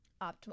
Optimal